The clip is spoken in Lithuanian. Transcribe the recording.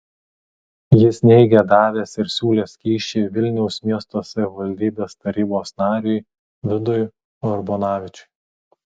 jis neigė davęs ir siūlęs kyšį vilniaus miesto savivaldybės tarybos nariui vidui urbonavičiui